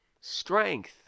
Strength